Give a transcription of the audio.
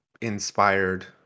inspired